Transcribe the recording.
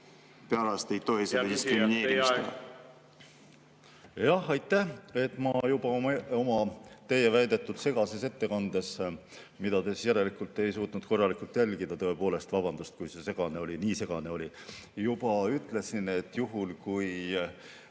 Aitäh! Ma juba oma teie väite kohaselt segases ettekandes, mida te siis järelikult ei suutnud korralikult jälgida – tõepoolest vabandust, kui see nii segane oli! –, juba ütlesin, et juhul kui